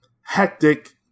hectic